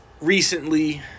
recently